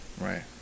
Right